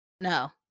No